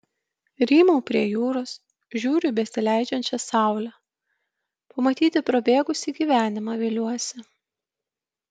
rymau prie jūros žiūriu į besileidžiančią saulę pamatyti prabėgusį gyvenimą viliuosi